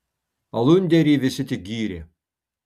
alunderį visi tik gyrė